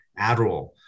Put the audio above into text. Adderall